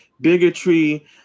bigotry